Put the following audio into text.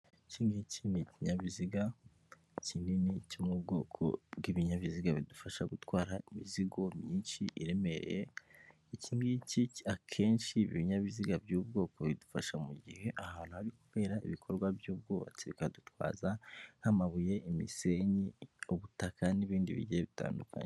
Iki ngiki ni ikinyabiziga kinini cyo mu bwoko bw'ibinyabiziga bidufasha gutwara imizigo myinshi iremereye, iki ngiki akenshi ibinyabiziga by'ubu bwoko bidufasha mu gihe ahantu hakenerwa cyangwa hari kubera ibikorwa by'ubwubatsi bikadutwaza nk'amabuye ,imisenyi ,ubutaka n'ibindi bigiye bitandukanye.